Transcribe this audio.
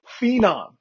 phenom